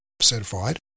certified